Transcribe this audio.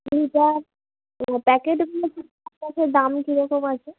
litre প্যাকেটগুলো দাম কীরকম আছে